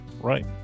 Right